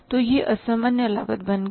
तो यह असामान्य लागत बन गई